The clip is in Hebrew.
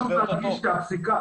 פשוט להדגיש את הפסיקה,